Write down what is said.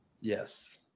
Yes